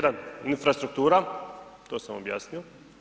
1, infrastruktura, to sam objasnio.